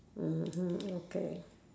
mmhmm okay